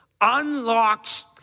unlocks